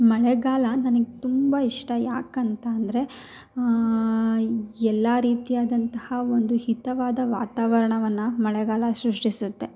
ಮಳೆಗಾಲ ನನಗೆ ತುಂಬ ಇಷ್ಟ ಯಾಕೆ ಅಂತ ಅಂದರೆ ಎಲ್ಲ ರೀತಿಯಾದಂತಹ ಒಂದು ಹಿತವಾದ ವಾತಾವರಣವನ್ನು ಮಳೆಗಾಲ ಸೃಷ್ಟಿಸುತ್ತೆ